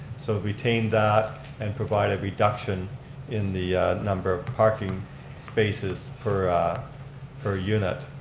so retain that and provide a reduction in the number of parking spaces per per unit.